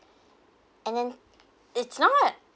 and then it's not